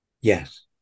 Yes